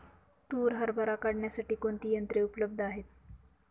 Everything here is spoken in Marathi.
तूर हरभरा काढण्यासाठी कोणती यंत्रे उपलब्ध आहेत?